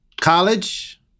College